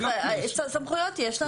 צריך, סמכויות יש לנו.